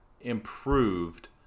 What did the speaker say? improved